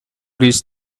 reach